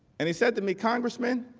and he said to me congressman,